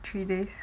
three days